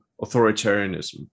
authoritarianism